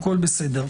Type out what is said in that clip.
הכול בסדר.